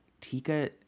Tika